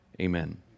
Amen